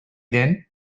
then